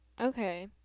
Okay